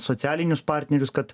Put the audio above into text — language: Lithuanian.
socialinius partnerius kad